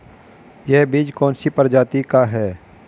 यह बीज कौन सी प्रजाति का है?